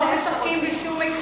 לא משחקים בשום "אקסל".